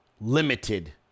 limited